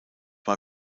war